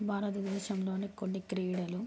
భారతదేశంలోని కొన్ని క్రీడలు